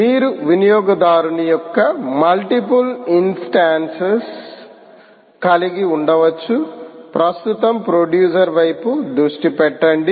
మీరు వినియోగదారుని యొక్క మల్టిపుల్ ఇంస్టన్స్ కలిగి ఉండవచ్చు ప్రస్తుతం ప్రొడ్యూసర్ వైపు దృష్టి పెట్టండి